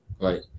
right